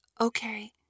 Okay